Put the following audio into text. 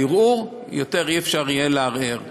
יהיה אפשר לערער עוד.